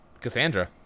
cassandra